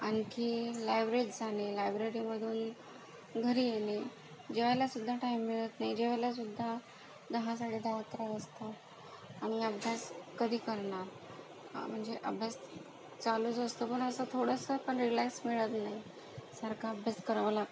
आणखी लायब्ररीत जाणे लायब्ररीमधून घरी येणे जेवायलासुद्धा टाईम मिळत नाही जेवायलासुद्धा दहा साडेदहा अकरा वाजतात आणि अभ्यास कधी करणार म्हणजे अभ्यास चालूच असतो पण असं थोडसं पण रिलॅक्स मिळत नाही सारखा अभ्यास करावा लागतो